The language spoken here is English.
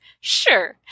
Sure